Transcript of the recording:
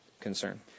concern